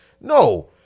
No